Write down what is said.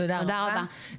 תודה רבה.